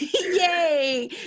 Yay